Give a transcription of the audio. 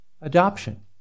adoption